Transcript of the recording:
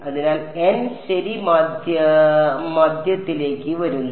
അതിനാൽ n ശരി മധ്യത്തിലേക്ക് വരുന്നു